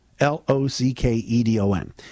L-O-C-K-E-D-O-N